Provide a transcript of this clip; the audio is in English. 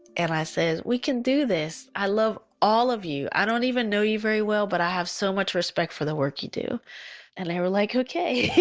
and i said, we can do this, i love all of you. i don't even know you very well, but i have so much respect for the work you do and they were like ok,